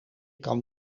kan